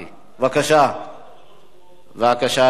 בבקשה, אדוני.